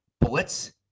BLITZ